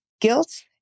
guilt